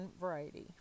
variety